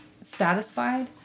satisfied